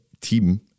team